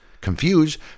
Confused